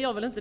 Jag